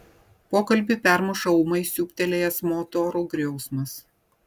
pokalbį permuša ūmai siūbtelėjęs motorų griausmas